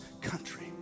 country